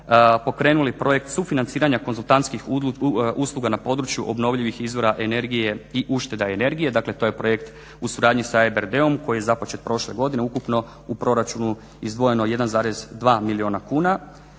pokrenuli projekt sufinanciranja konzultantskih usluga na području obnovljivih izvora energije i ušteda energije. Dakle, to je projekt u suradnji sa EBRD-om koji je započet prošle godine ukupno u proračunu izdvojeno 1,2 milijuna kuna.